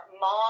mom